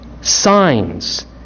signs